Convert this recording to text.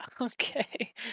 okay